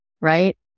right